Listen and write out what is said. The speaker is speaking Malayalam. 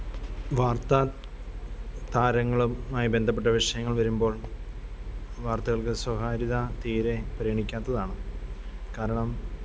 വാര്ത്ത താരങ്ങളും ആയി ബന്ധപ്പെട്ട വിഷയങ്ങള് വരുമ്പോള് വാര്ത്തകള്ക്ക് സ്വകാര്യത തീരെ പരിഗണിക്കാത്തതാണ് കാരണം